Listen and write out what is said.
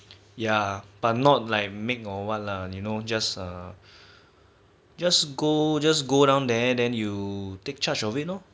ya but not like make more well you know just err just go just go down there then you take charge of it lor